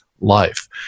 life